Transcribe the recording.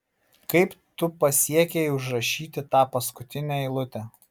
kaip tu pasiekei užrašyti tą paskutinę eilutę